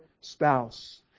spouse